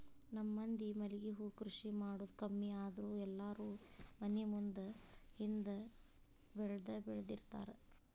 ನಮ್ಮ ಮಂದಿ ಮಲ್ಲಿಗೆ ಹೂ ಕೃಷಿ ಮಾಡುದ ಕಮ್ಮಿ ಆದ್ರ ಎಲ್ಲಾರೂ ಮನಿ ಮುಂದ ಹಿಂದ ಬೆಳ್ದಬೆಳ್ದಿರ್ತಾರ